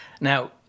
Now